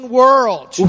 world